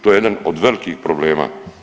To je jedan od velikih problema.